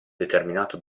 determinato